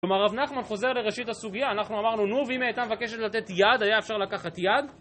כלומר רב נחמן חוזר לראשית הסוגיה, אנחנו אמרנו נו ואם היתה מבקשת לתת יד, היה אפשר לקחת יד?